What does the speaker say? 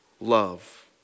love